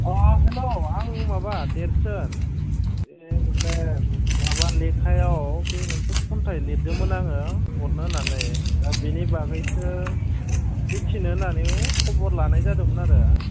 अ हेल आं माबा देरसोन ओइ माने माबा लेखायाव बे मोनसे खन्थाइ लिरदोंमोन आङो हरनो होननानै बिनि बागैसो मिथिनो होननानै ओइ खबर लानाय जादोंमोन आरो